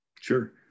Sure